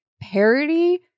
parody